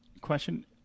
Question